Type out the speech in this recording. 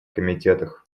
комитетах